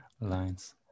lines